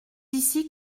ici